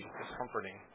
discomforting